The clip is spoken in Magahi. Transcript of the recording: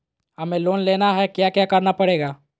हमें लोन लेना है क्या क्या करना पड़ेगा?